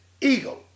eagle